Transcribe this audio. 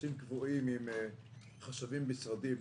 מפגשים קבועים עם חשבי משרדים,